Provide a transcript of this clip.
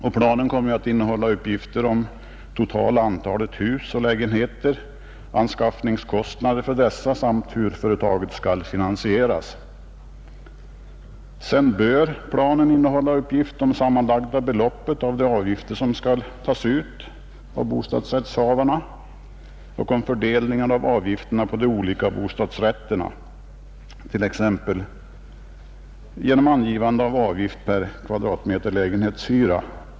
Planen kommer ju att innehålla uppgifter om totala antalet hus och lägenheter, anskaffningskostnader för dessa samt hur företaget skall finansieras, Sedan bör planen innehålla uppgift om sammanlagda beloppet av de avgifter som skall tas ut av bostadsrättshavarna och om fördelningen av avgifterna på de olika bostadsrätterna, t.ex. genom angivande av avgift per kvadratmeter lägenhetsyta.